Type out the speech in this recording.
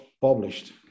published